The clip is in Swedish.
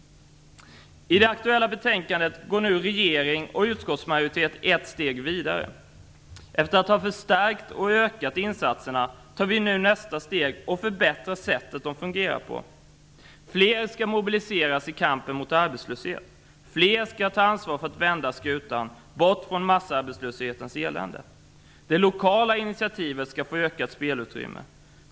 I det aktuella betänkandet går nu regering och utskottsmajoritet ett steg vidare. Efter att ha förstärkt och ökat insatserna tar vi nu nästa steg och förbättrar sättet de fungerar på. Fler skall mobiliseras i kampen mot arbetslöshet. Fler skall ta ansvar för att vända skutan bort från massarbetslöshetens elände. Det lokala initiativet skall få ett ökat spelutrymme.